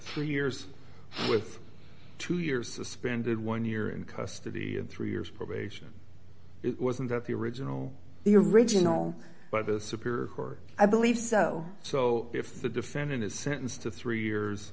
three years with two years suspended one year in custody of three years probation it wasn't at the original the original but a superior her i believe so so if the defendant is sentenced to three years